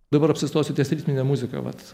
dabar apsistosiu ties ritmine muzika vat